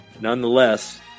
nonetheless